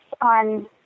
on